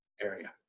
area